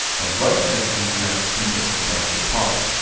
then right click and select convert to bezier path.